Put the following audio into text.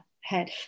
head